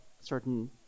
certain